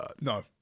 no